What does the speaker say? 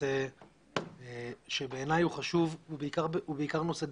לנושא שבעיניי הוא חשוב ובעיקר נושא דחוף.